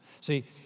See